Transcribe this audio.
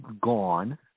gone